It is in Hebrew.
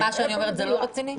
מה שאני אומרת זה לא רציני?